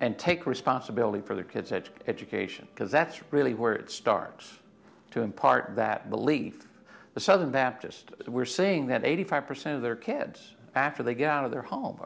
and take responsibility for their kids that education because that's really where it starts to impart that belief the southern baptist were saying that eighty five percent of their kids after they get out of their home